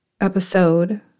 episode